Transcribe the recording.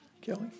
Kelly